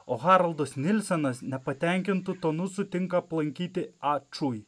o haroldas nilsenas nepatenkintu tonu sutinka palaikyti ačui